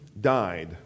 died